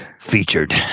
featured